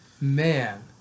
Man